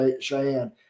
Cheyenne